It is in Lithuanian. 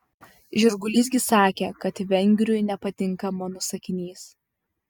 žirgulys gi sakė kad vengriui nepatinka mano sakinys